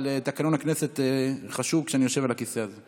אבל תקנון הכנסת חשוב כשאני יושב על הכיסא הזה.